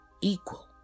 equal